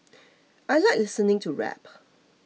I like listening to rap